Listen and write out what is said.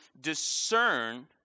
discern